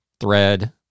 thread